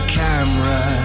camera